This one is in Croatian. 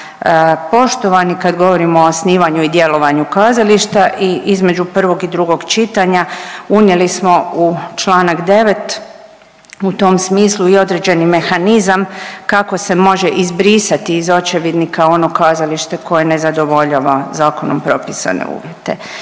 poštovani kad govorimo o osnivanju i djelovanju kazališta i između prvog i drugog čitanja unijeli smo u čl. 9 u tom smislu i određeni mehanizam kako se može izbrisati iz očevidnika ono kazalište koje ne zadovoljava zakonom propisane uvjete.